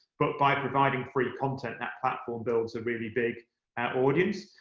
but by providing free content, that platform builds a really big audience.